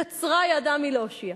קצרה ידה מלהושיע.